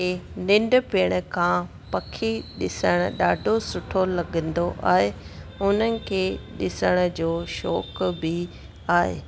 मूंखे नंढपिणु खां पखी ॾिसणु ॾाढो सुठो लॻंदो आहे उनखे ॾिसण जो शौक़ु बि आहे